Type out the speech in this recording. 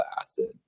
acid